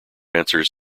answers